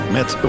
Met